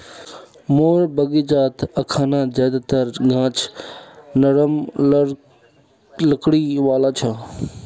मोर बगीचात अखना ज्यादातर गाछ नरम लकड़ी वाला छ